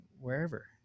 wherever